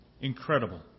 Incredible